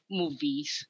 movies